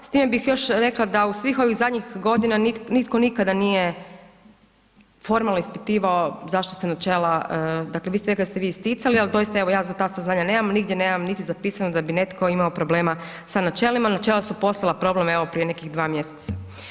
S time bih još rekla da u svih ovih zadnjih godina nitko nikada nije formalno ispitivao zašto se načela, dakle vi ste rekli da ste vi isticali, ali doista ja za ta saznanja nemam, nigdje nemam niti zapisano da bi netko imao problema sa načelima, načela su postala problem evo prije nekih 2 mjeseca.